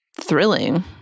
thrilling